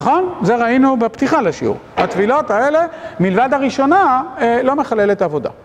נכון? זה ראינו בפתיחה לשיעור. בטבילות האלה, מלבד הראשונה, לא מחללת עבודה.